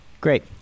Great